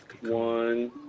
one